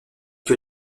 que